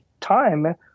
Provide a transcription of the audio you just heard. time